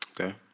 Okay